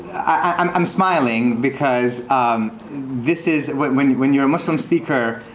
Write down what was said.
i'm i'm smiling because this is, when when you're a muslim speaker,